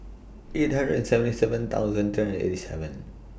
eight hundred and seventy seven thousand three and eighty seven